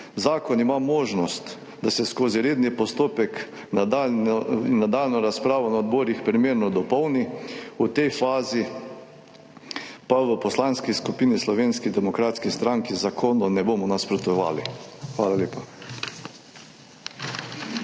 Zakon ima možnost, da se skozi redni postopek in nadaljnjo razpravo na odborih primerno dopolni, v tej fazi pa v Poslanski skupini Slovenske demokratske stranke zakonu ne bomo nasprotovali. Hvala lepa.